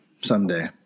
Someday